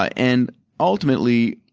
ah and ultimately,